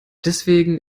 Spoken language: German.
deswegen